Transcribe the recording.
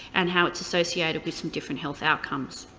and how it's associated with some different health outcomes.